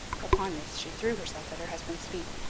upon this she threw herself at her husband's feet,